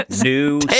new